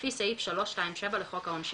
לפי סעיף 327 לחוק העונשין,